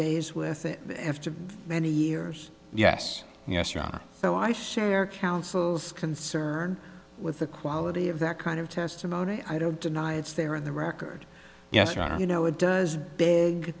days with it after many years yes yes ron so i share counsel's concern with the quality of that kind of testimony i don't deny it's there in the record yes you are you know it does b